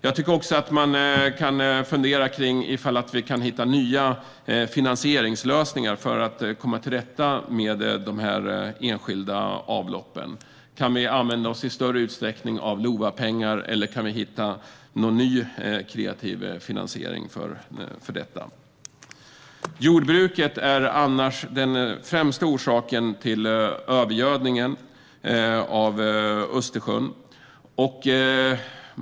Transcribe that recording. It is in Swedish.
Man kan också fundera på om vi kan hitta nya finansieringslösningar för att komma till rätta med de enskilda avloppen. Kan vi i större utsträckning använda oss av LOVA-pengar, eller kan vi hitta någon ny, kreativ finansiering för detta? Jordbruket är annars den främsta orsaken till övergödningen av Östersjön.